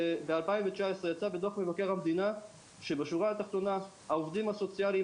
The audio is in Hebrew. ב-2019 יצא בדו"ח מבקר המדינה שבשורה התחתונה העובדים הסוציאליים